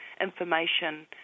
information